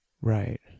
Right